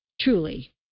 Truly